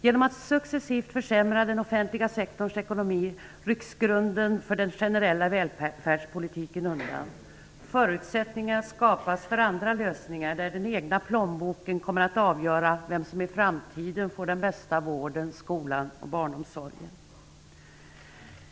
Genom att successivt försämra den offentliga sektorns ekonomi rycks grunden för den generella välfärdspolitiken undan. Förutsättningar skapas för andra lösningar, där den egna plånboken kommer att avgöra vem som i framtiden får den bästa vården, skolan och barnomsorgen.